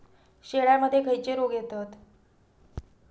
शेळ्यामध्ये खैचे रोग येतत?